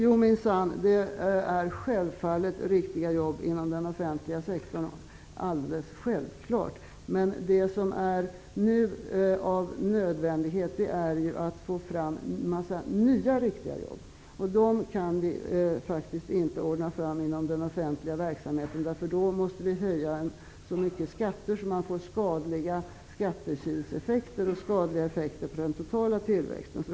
Jo minsann, det är alldeles självfallet riktiga jobb inom den offentliga sektorn som avses. Men det som nu är nödvändigt är att få fram nya riktiga jobb. Och dessa kan faktiskt inte ordnas fram inom den offentliga verksamheten, därför att då måste så många skatter höjas att vi får skadliga skattekilseffekter och skadliga effekter på den totala tillväxten.